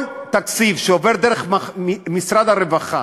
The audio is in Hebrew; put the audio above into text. כל תקציב שעובר דרך משרד הרווחה,